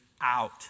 out